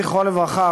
זכרו לברכה,